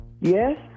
Yes